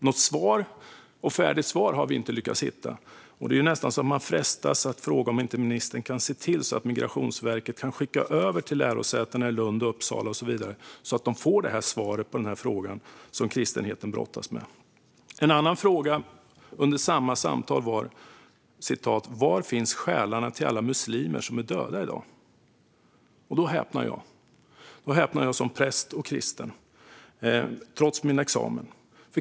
Något färdigt svar har vi inte lyckats hitta. Det är nästan så att man frestas att fråga om inte ministern kan se till att Migrationsverket skickar över svaret till lärosätena i Lund, Uppsala och så vidare, så att de får svaret på den här frågan som kristenheten brottas med. En annan fråga under samma samtal var: Var finns själarna till alla muslimer som är döda i dag? När jag läser om detta häpnar jag som präst och kristen, trots min examen.